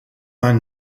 man